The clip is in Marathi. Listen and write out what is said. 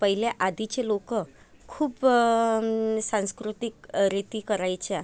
पहिले आधीचे लोक खूप सांस्कृतिक रिती करायच्या